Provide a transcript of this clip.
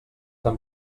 tan